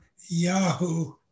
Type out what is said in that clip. Yahoo